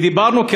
ודיברנו,